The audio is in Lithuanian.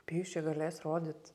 pijus čia galės rodyt